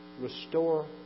restore